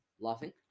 laughing